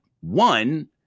One